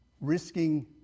risking